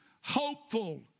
hopeful